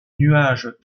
nuages